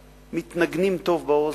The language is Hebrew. שמתנגנים הכי טוב באוזן,